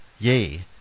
yea